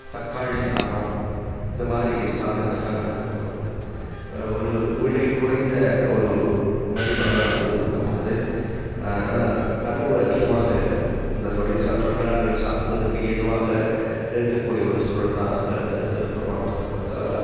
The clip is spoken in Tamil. தக்காளி சாதம் இந்த மாதிரி சாதங்களெலாம் கொடுக்கப்படுது ஒரு விலைக் குறைந்த ஒரு மதிப்பில் தான் இது கொடுக்கப்படுது ஆனால் அளவு அதிகமாக இருக்கும் இந்த தொலிற்சாலை தொழிலாளர்கள் சாப்பிடுவதற்கு ஏதுவாக இருக்கக்கூடிய ஒரு சூழல் தான் இருக்குது திருப்பூர் மாவட்டத்தைப் பொறுத்தளவில்